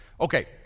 Okay